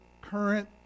current